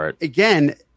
again